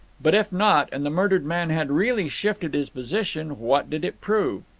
but if not, and the murdered man had really shifted his position, what did it prove?